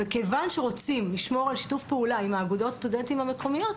וכיוון שרוצים לשמור על שיתוף פעולה עם אגודות הסטודנטים המקומיות,